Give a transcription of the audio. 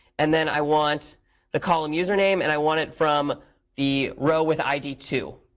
and then i want the column username, and i want it from the row with id two.